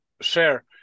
share